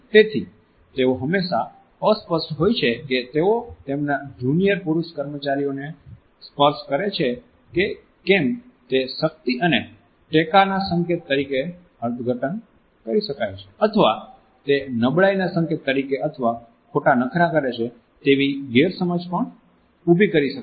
તેથી તેઓ હંમેશાં અસ્પષ્ટ હોય છે કે તેઓ તેમના જુનિયર પુરૂષ કર્મચારીઓને સ્પર્શ કરે છે કે કેમ તે શક્તિ અને ટેકાના સંકેત તરીકે અર્થઘટન કરી શકાય છે અથવા તે નબળાઇના સંકેત તરીકે અથવા ખોટા નખરા કરે છે તેવી ગેરસમજ પણ ઉભી કરી શકે છે